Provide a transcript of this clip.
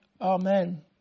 Amen